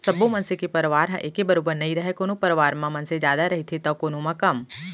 सब्बो मनसे के परवार ह एके बरोबर नइ रहय कोनो परवार म मनसे जादा रहिथे तौ कोनो म कम